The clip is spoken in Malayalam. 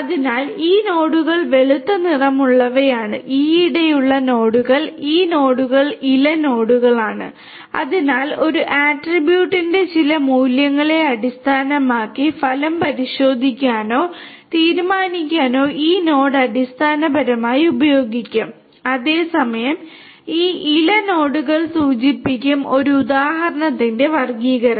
അതിനാൽ ഈ നോഡുകൾ വെളുത്ത നിറമുള്ളവയാണ് ഈയിടെയുള്ള നോഡുകൾ ഈ നോഡുകൾ ഇല നോഡുകളാണ് അതിനാൽ ഒരു ആട്രിബ്യൂട്ടിന്റെ ചില മൂല്യങ്ങളെ അടിസ്ഥാനമാക്കി ഫലം പരിശോധിക്കാനോ തീരുമാനിക്കാനോ ഈ നോഡ് അടിസ്ഥാനപരമായി ഉപയോഗിക്കും അതേസമയം ഈ ഇല നോഡുകൾ സൂചിപ്പിക്കും ഒരു ഉദാഹരണത്തിന്റെ വർഗ്ഗീകരണം